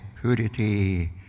purity